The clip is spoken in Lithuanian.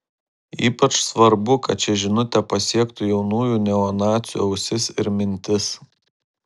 ypač svarbu kad ši žinutė pasiektų jaunųjų neonacių ausis ir mintis